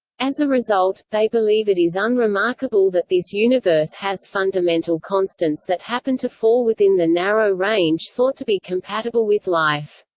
as a result, they believe it is unremarkable that this universe has fundamental constants that happen to fall within the narrow range thought to be compatible with life.